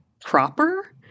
proper